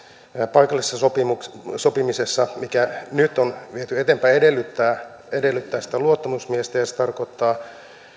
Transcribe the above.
paikallisessa sopimisessa mikä nyt on viety eteenpäin edellyttää edellyttää sitä luottamusmiestä ja se tarkoittaa